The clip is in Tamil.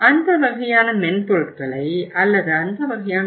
அந்த வகையான மென்பொருட்களை அல்லது அந்த வகையான ஐ